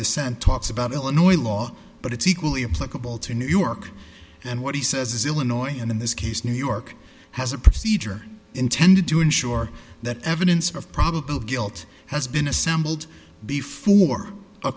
dissent talks about illinois law but it's equally applicable to new york and what he says is illinois and in this case new york has a procedure intended to ensure that evidence of probable guilt has been assembled before a